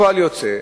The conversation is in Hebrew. הפועל היוצא,